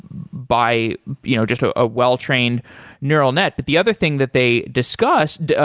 by you know just ah a well-trained neural net. but the other thing that they discussed,